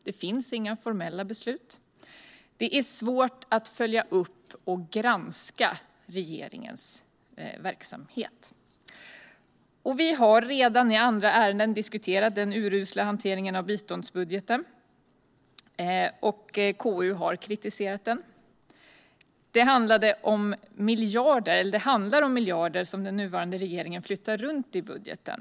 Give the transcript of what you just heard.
Det finns inga formella beslut. Det är svårt att följa upp och granska regeringens verksamhet. Vi har redan i andra ärenden diskuterat den urusla hanteringen av biståndsbudgeten, och KU har kritiserat hanteringen. Det handlar om miljarder som den nuvarande regeringen flyttar runt i budgeten.